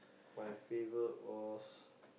my favorite was